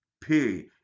Period